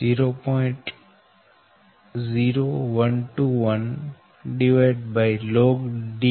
0121log D r 0